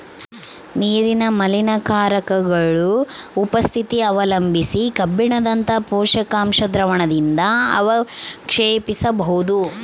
ನೀರಿನ ಮಾಲಿನ್ಯಕಾರಕಗುಳ ಉಪಸ್ಥಿತಿ ಅವಲಂಬಿಸಿ ಕಬ್ಬಿಣದಂತ ಪೋಷಕಾಂಶ ದ್ರಾವಣದಿಂದಅವಕ್ಷೇಪಿಸಬೋದು